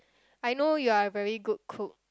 I know you are a very good cook